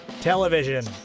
television